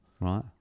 right